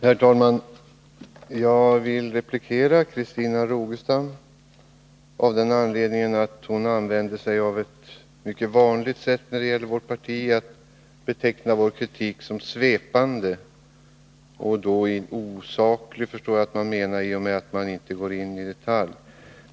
Herr talman! Jag vill replikera Christina Rogestam av den anledningen att hon använde ett mycket vanligt sätt när det gäller att bemöta synpunkter från vårt parti, nämligen att beteckna vår kritik som svepande. Jag förstår att hon därmed menar att den är osaklig, i och med att man inte har gått in i detalj.